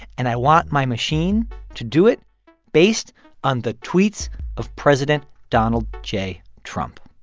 and i want my machine to do it based on the tweets of president donald j. trump